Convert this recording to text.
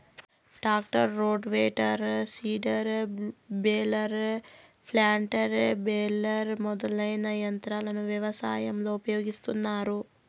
tractor, rotavator, seeder, baler, planter, baler మొదలైన యంత్రాలను వ్యవసాయంలో ఉపయోగిస్తాన్నారు